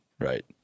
Right